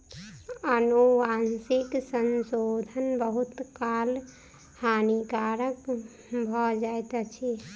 अनुवांशिक संशोधन बहुत काल हानिकारक भ जाइत अछि